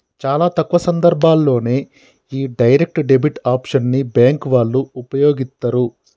చాలా తక్కువ సందర్భాల్లోనే యీ డైరెక్ట్ డెబిట్ ఆప్షన్ ని బ్యేంకు వాళ్ళు వుపయోగిత్తరు